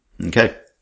Okay